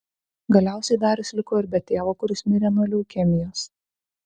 galiausiai darius liko ir be tėvo kuris mirė nuo leukemijos